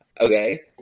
Okay